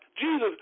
Jesus